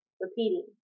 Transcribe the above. repeating